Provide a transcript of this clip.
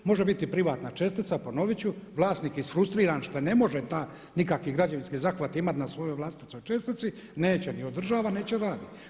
Može biti privatna čestica ponovit ću, vlasnik isfrustriran što ne može ta nikakvi građevinski zahvat imati na svojoj vlastitoj čestici, neće ni održavat, neće ni radit.